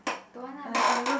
don't want lah